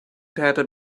täter